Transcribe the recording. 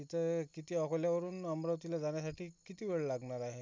तिथं किती अकोल्यावरून अमरावतीला जाण्यासाठी किती वेळ लागणार आहे